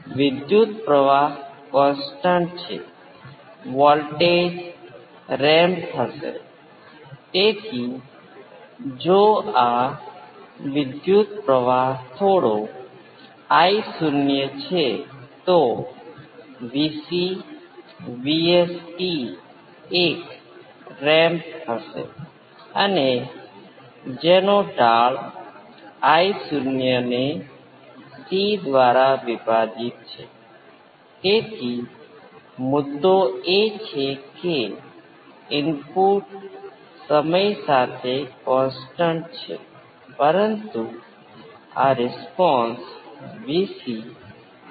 તેથી આ response × j તે × 1 આવું કરવા માટેનું કારણ એ છે કે એક્સ્પોનેંસિયલ ઇનપુટ માટે ફોર્સ રિસ્પોન્સની ગણતરી કરવી ખૂબ જ સરળ છે આપણે તે પહેલેથી જ d1 જે એક્સ્પોનેંસિયલ ઇનપુટ માટે ફોર્સ રિસ્પોન્સ શું છે તે સમાન એક્સ્પોનેંસિયલ ઇનપુટ છે તે જ સંખ્યા છે જે અમુક સંખ્યા દ્વારા માપવામાં આવેલ સમાન એક્સ્પોનેંસિયલ છે અને તે સંખ્યા સર્કિટમાંના સર્કિટના ઘટકો પર આધારિત છે તેથી મુદ્દો એ છે કે આ ગણતરી કરવી સરળ છે તેથી આપણે તે કરીએ છીએ પરંતુ આપણને ખરેખર રસ છે તે V p × ω cos ω t 5 નો રિસ્પોન્સ છે જે આપણે સિગ્નલ આપીએ છીએ